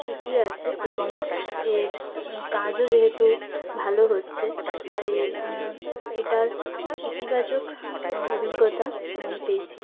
ঠিকই আছে এবং এর কাজও যেহেতু ভালো হচ্ছে তাই এটার ইতিবাচক অভিজ্ঞতা আমি পেয়েছি